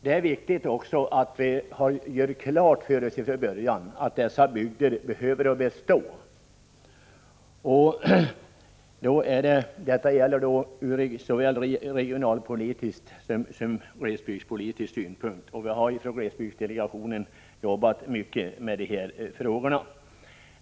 Det är viktigt från såväl regionalpolitisk som glesbygdspolitisk synpunkt att vi gör klart för oss från början att dessa bygder måste bestå. Glesbygdsdelegationen har jobbat mycket med dessa frågor.